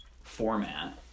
format